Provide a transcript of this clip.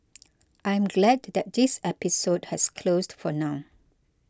I am glad to that this episode has closed for now